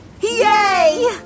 Yay